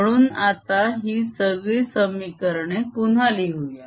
म्हणून आता ही सगळी समीकरणे पुन्हा लिहूया